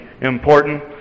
important